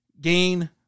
gain